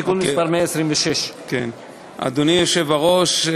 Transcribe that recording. תיקון מס' 126. אדוני היושב-ראש,